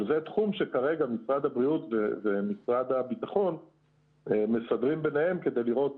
אבל זה תחום שכרגע משרד הבריאות ומשרד הביטחון מסדרים ביניהם כדי לראות